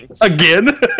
Again